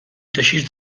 teixits